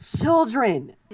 children